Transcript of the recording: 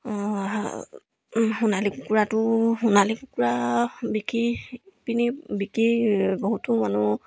সোণালী কুকুৰাটো সোণালী কুকুৰা বিকি পিনি বিকি বহুতো মানুহ